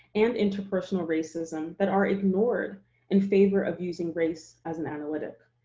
and interpersonal racism that are ignored in favor of using race as an analytic.